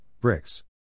bricks